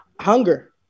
hunger